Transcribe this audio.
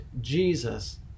Jesus